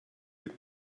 mit